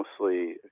mostly